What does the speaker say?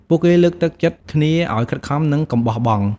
ពួកគេលើកទឹកចិត្តគ្នាឲ្យខិតខំ និងកុំបោះបង់។